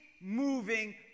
moving